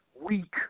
weak